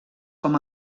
com